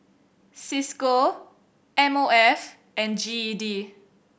Cisco M O F and G E D